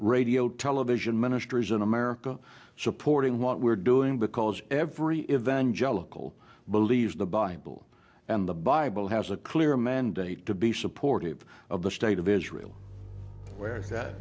radio television ministries in america supporting what we're doing because every event jellicoe believes the bible and the bible has a clear mandate to be supportive of the state of israel where